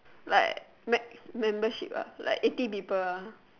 like m~ membership ah like eighty people